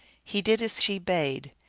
he did as she bade.